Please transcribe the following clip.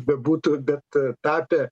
bebūtų bet tapę